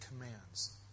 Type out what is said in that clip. commands